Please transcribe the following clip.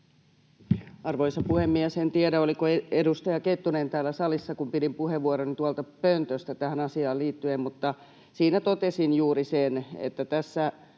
Arvoisa puhemies! En tiedä, oliko edustaja Kettunen täällä salissa, kun pidin puheenvuoroni tuolta pöntöstä tähän asiaan liittyen, mutta siinä totesin juuri sen, että tässä